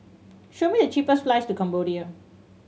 show me the cheapest flights to Cambodia